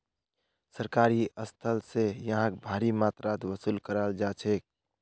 सरकारी स्थल स यहाक भारी मात्रात वसूल कराल जा छेक